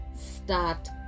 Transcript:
Start